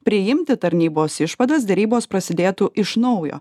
priimti tarnybos išvadas derybos prasidėtų iš naujo